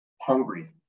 hungry